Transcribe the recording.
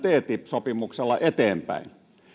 sopimuksella eteenpäin eu on selvästi